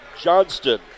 Johnston